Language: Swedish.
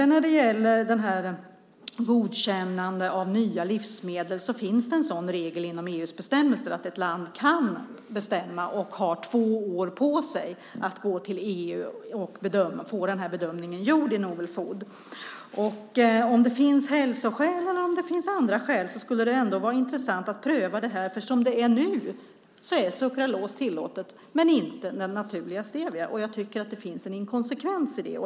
När det gäller frågan om godkännande av nya livsmedel finns det en regel bland EU:s bestämmelser om att ett land har två år på sig att gå till EU och få bedömningen gjord inom ramen för novel foods . Om det finns hälsoskäl eller andra skäl skulle det ändå vara intressant att få detta prövat. Som det är nu är sukralos tillåtet men inte den naturliga stevian. Det finns en inkonsekvens i det.